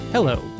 Hello